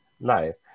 life